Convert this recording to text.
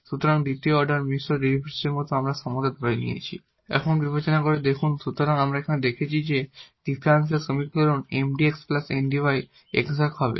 সুতরাং দ্বিতীয় অর্ডার মিশ্র ডেরিভেটিভসের এই সমতা আবার ধরে নিচ্ছি এখন বিবেচনা করুন সুতরাং আমরা এখন দেখেছি যে ডিফারেনশিয়াল সমীকরণ 𝑀𝑑𝑥 𝑁𝑑𝑦 এক্সাট হবে